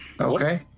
Okay